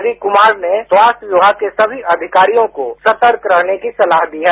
नीतीश कुमार ने स्वास्थ्य विभाग के समी अधिकारियों को सतर्क रहने की सलाह दी है